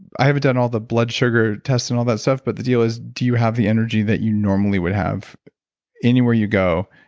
i haven't done all the blood sugar tests and all that stuff, but the deal is do you have the energy that you normally would have anywhere you go?